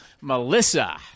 Melissa